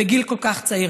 בגיל כל כך צעיר,